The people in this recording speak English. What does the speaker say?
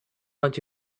haunt